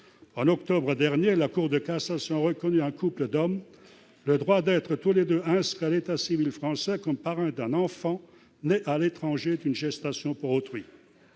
En octobre dernier, la Cour de cassation a reconnu aux partenaires d'un couple d'hommes le droit d'être tous les deux inscrits à l'état civil français comme parents d'un enfant né à l'étranger d'une gestation pour autrui.